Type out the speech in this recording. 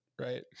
right